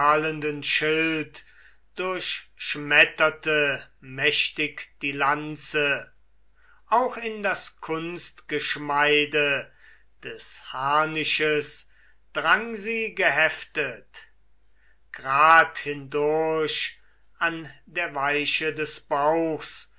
schild durchschmetterte mächtig die lanze auch in das kunstgeschmeide des harnisches drang sie geheftet grad hindurch an der weiche des bauchs